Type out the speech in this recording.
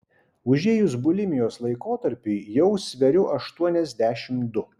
užėjus bulimijos laikotarpiui jau sveriu aštuoniasdešimt du